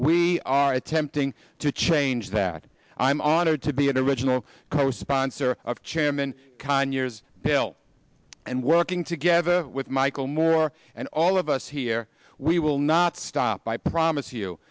we are attempting to change that i'm honored to be an original co sponsor of chairman conyers bill and working together with michael moore and all of us here we will not stop by promise you